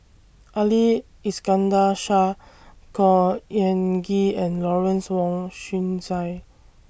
Ali Iskandar Shah Khor Ean Ghee and Lawrence Wong Shyun Tsai